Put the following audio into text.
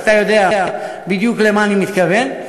ואתה יודע בדיוק למה אני מתכוון.